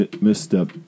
Misstep